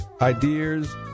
ideas